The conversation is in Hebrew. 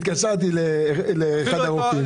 התקשרתי לאחד הרופאים.